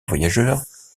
voyageurs